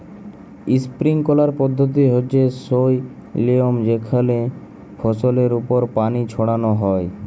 sprinkler পদ্ধতি হচ্যে সই লিয়ম যেখানে ফসলের ওপর পানি ছড়ান হয়